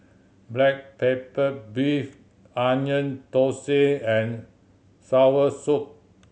black pepper beef Onion Thosai and soursop